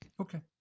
Okay